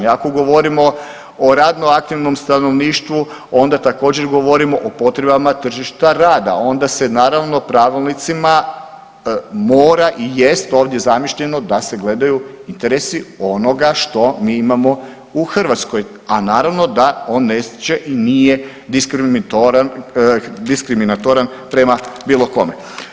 Ako govorimo o radno aktivnom stanovništvu onda također govorimo o potrebama tržišta rada, onda se naravno pravilnicima mora i jest ovdje zamišljeno da se gledaju interesi onoga što mi imamo u Hrvatskoj, a naravno da on neće i nije diskriminatoran prema bilo kome.